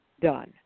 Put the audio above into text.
done